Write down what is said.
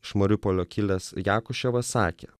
iš mariupolio kilęs jakuševas sakė